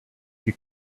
you